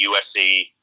USC